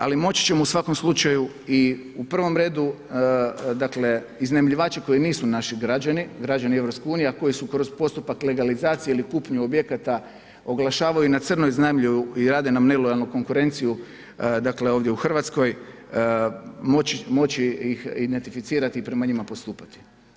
Ali, moći ćemo u svakom slučaju i u prvom redu, dakle, iznajmljivači, koji nisu naši građani, građani EU, a koji su kroz postupak legalizacije ili kupnju objekata, oglašavaju na crno, iznajmljuju i rade nam nelojalnu konkurenciju, dakle, ovdje u Hrvatskoj, moći ih identificirati i prema njima postupati.